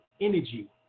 energy